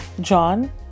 John